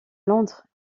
londres